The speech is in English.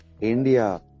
India